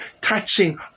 touching